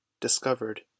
Discovered